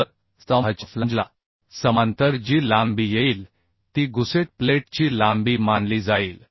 तर स्तंभाच्या फ्लॅंजला समांतर जी लांबी येईल ती गुसेट प्लेटची लांबी मानली जाईल